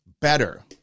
better